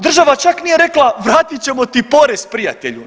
Država čak nije rekla vratit ćemo ti porez prijatelju.